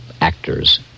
actors